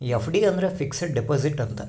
FD ಅಂದ್ರ fixed deposit ಅಂತ